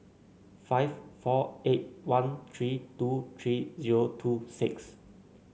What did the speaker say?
five four eight one three two three zero two six